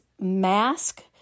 mask